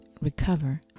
Recover